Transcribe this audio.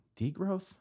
Degrowth